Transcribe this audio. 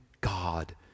God